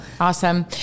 Awesome